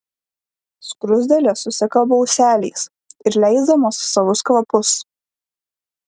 skruzdėlės susikalba ūseliais ir leisdamos savus kvapus